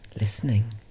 listening